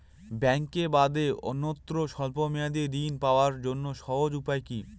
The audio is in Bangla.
ব্যাঙ্কে বাদে অন্যত্র স্বল্প মেয়াদি ঋণ পাওয়ার জন্য সহজ উপায় কি?